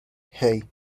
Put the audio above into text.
hey